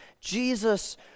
Jesus